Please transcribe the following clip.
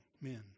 men